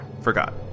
forgot